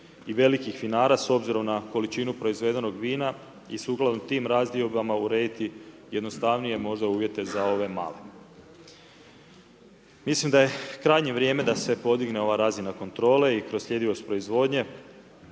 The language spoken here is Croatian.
i velikih vinara s obzirom na količinu proizvedenog vina i sukladno tim razdiobama urediti jednostavnije možda uvjete za ove male. Mislim da je krajnje vrijeme da se podigne ova razina kontrole i kroz sljedivost proizvodnje